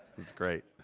that's great.